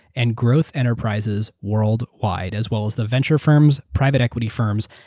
and growth enterprises worldwide, as well as the venture firms, private equity firms,